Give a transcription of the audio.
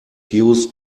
used